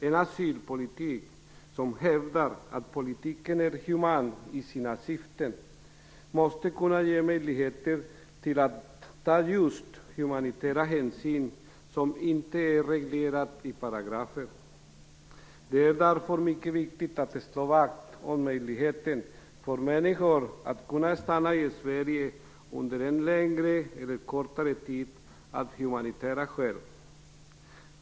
En asylpolitik som hävdar att politiken är human i sina syften måste kunna ge möjlighet att ta just en humanitär hänsyn som inte är reglerad i paragrafer. Det är därför mycket viktigt att slå vakt om möjligheten för människor att få stanna i Sverige under längre eller kortare tid.